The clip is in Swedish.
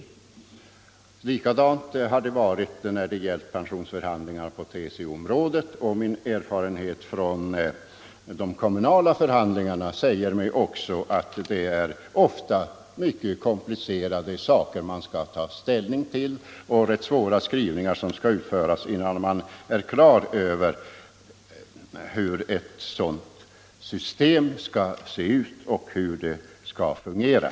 På samma sätt har det varit med pensionsförhandlingarna på TCO-området. Min erfarenhet från de kommunala förhandlingarna säger mig också att det ofta är mycket komplicerade saker man har att ta ställning till. Det är besvärliga skrivningar som skall göras innan man blir på det klara med hur ett sådant system skall se ut och fungera.